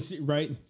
right